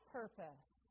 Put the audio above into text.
purpose